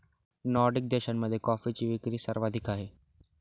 Nordic देशांमध्ये कॉफीची विक्री सर्वाधिक आहे